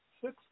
six